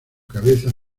cabeza